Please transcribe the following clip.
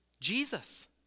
Jesus